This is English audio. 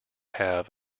have